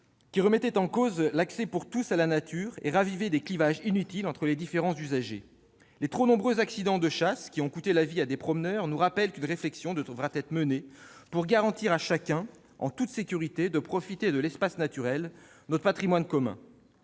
qui remettait en cause l'accès pour tous à la nature et ravivait des clivages inutiles entre les différents usagers. Les trop nombreux accidents de chasse ayant coûté la vie à des promeneurs nous rappellent qu'une réflexion devra être menée, pour garantir à chacun un accès, en toute sécurité, à l'espace naturel, qui constitue notre patrimoine commun.